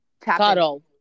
Cuddle